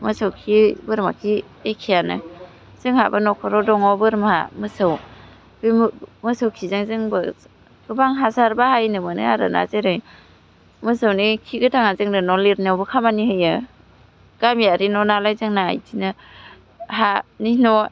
मोसौ खि बोरमा खि एखेआनो जोंहाबो न'खराव दङ बोरमा मोसौ बे मोसौ खिजों जोंबो गोबां हासार बाहायनो मोनो आरो ना जेरै मोसौनि खि गोथांआ जोंनो न' लिरनायावबो खामानि होयो गामियारि न' नालाय जोंना बिदिनो हानि न'